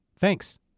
Thanks